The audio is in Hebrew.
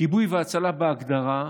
כיבוי והצלה, בהגדרה,